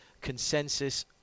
consensus